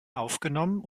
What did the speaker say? aufgenommen